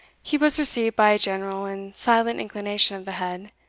he was received by a general and silent inclination of the head,